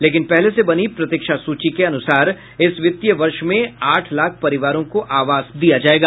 लेकिन पहले से बनी प्रतीक्षा सूची के अनुसार इस वित्तीय वर्ष में आठ लाख परिवारों को आवास दिया जाएगा